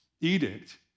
edict